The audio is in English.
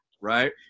right